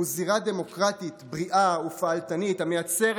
שהוא זירה דמוקרטית בריאה ופעלתנית המייצרת